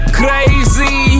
crazy